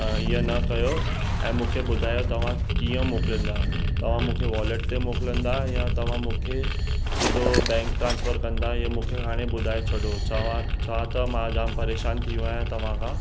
ईअं न कयो ऐं मूंखे ॿुधायो तव्हां कीअं मोकिलींदा तव्हां मूंखे वॉलेट ते मोकिलींदा या तव्हां मूंखे सिधो बैंक ट्रांस्फर कंदा या मूंखे हाणे ॿुधाए छॾो छा वा छा त मां जामु परेशान थी वियो आहियां तव्हां खां